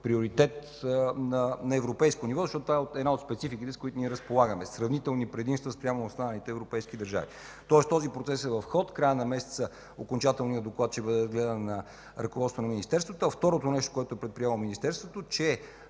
приоритет на европейско ниво, защото това е една от спецификите, с които разполагаме – сравнителни предимства спрямо останалите европейски държави. Този процес е в ход. Окончателният доклад ще бъде гледан в края на месеца от ръководството на Министерството. Второто нещо, което е предприело Министерството, е,